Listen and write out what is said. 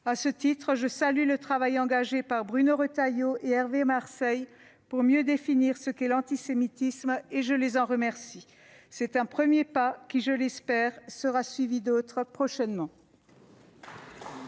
À ce titre, je salue le travail engagé par Bruno Retailleau et Hervé Marseille pour mieux définir ce qu'est l'antisémitisme, et je les en remercie. C'est un premier pas qui, je l'espère, sera suivi d'autres prochainement.